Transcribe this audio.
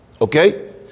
Okay